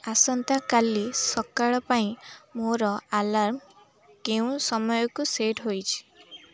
ଆସନ୍ତାକାଲି ସକାଳ ପାଇଁ ମୋର ଆଲାର୍ମ୍ କେଉଁ ସମୟକୁ ସେଟ୍ ହେଇଛି